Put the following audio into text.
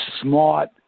smart